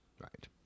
right